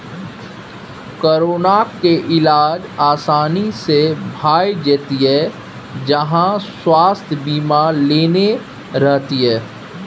कोरोनाक इलाज आसानी सँ भए जेतियौ जँ स्वास्थय बीमा लेने रहतीह